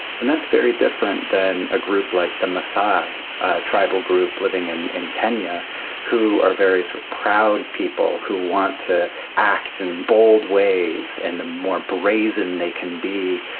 and that's very different than a group like the maasai, a tribal group living in in kenya who are very sort of proud people who want to act in bold ways, and the more brazen they can be,